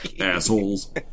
assholes